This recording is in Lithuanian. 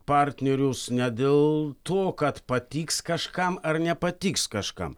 partnerius ne dėl to kad patiks kažkam ar nepatiks kažkam